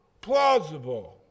plausible